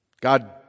God